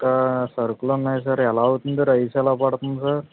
ఇంకా సరుకులు ఉన్నాయి సార్ ఎలా అవుతుంది రైస్ ఎలా పడుతుంది సార్